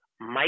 Mike